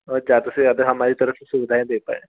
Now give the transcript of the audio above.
और ज़्यादा से ज़्यादा हमारी तरफ से सुविधाएं दे पाएं